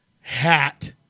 hat